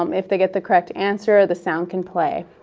um if they get the correct answer, the sound can play.